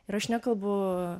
ir aš nekalbu